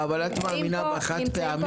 אבל את מאמינה בחד-פעמי.